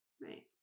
Right